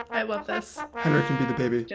i love this. henry can be the baby.